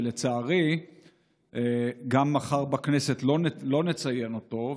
שלצערי מחר בכנסת לא נציין אותו,